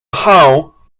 how